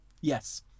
Yes